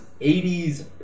80s